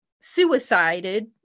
suicided